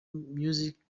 music